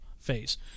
phase